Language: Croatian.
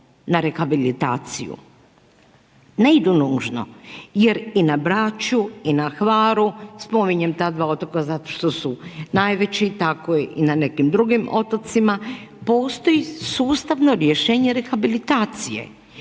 na rehabilitaciju, ne idu nužno jer i na Braču i na Hvaru, spominjem ta dva otoka zato što su najveći, tako i na nekim drugim otocima postoji sustavno rješenje rehabilitacije.